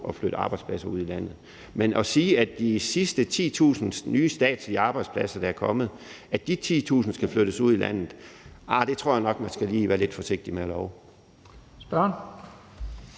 at flytte arbejdspladser ud i landet. Men at sige, at de sidste 10.000 nye statslige arbejdspladser, der er kommet, skal flyttes ud i landet, tror jeg nok man skal være lidt forsigtig med at love.